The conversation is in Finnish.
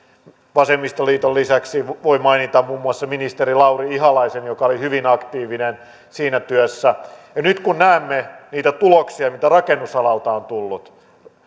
vasemmistoliiton lisäksi voi erityisesti mainita muun muassa ministeri lauri ihalaisen joka oli hyvin aktiivinen siinä työssä ja nyt kun näemme niitä tuloksia mitä rakennusalalta on tullut